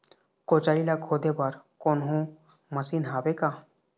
कोचई ला खोदे बर कोन्हो मशीन हावे का?